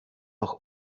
nach